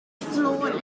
flawless